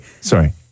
sorry